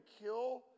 kill